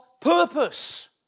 purpose